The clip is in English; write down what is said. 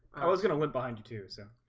i was gonna live behind you too soon.